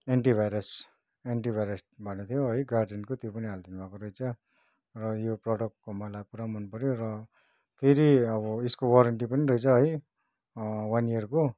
n t virus anti virus भनेको थियो गार्जेनको त्यो पनि हालदिनु भएको रहेछ र यो प्रोडक्टको मलाई पुरा मनपर्यो र फेरि अब यसको वारेन्टी पनि रहेछ है वान इयरको